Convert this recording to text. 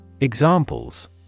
Examples